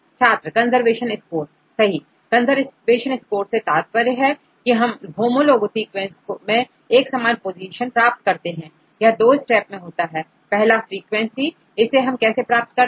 छात्र conservation score सही conservation score से तात्पर्य है कि हम होमोलोग सीक्वेंस में एक समान पोजीशन प्राप्त करते हैं यह दो स्टेप में होता है पहला फ्रीक्वेंसी इसे हम कैसे प्राप्त कर सकते हैं